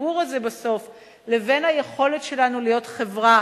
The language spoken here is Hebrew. החיבור הזה בסוף בין היכולת שלנו להיות חברה